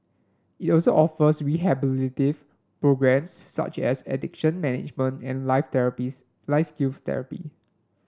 it also offers rehabilitative programmes such as addiction management and life therapies life skills therapy